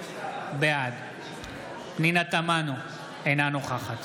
בעד פנינה תמנו, אינה נוכחת